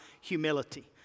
humility